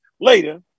later